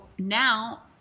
now